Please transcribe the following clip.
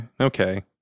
okay